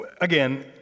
again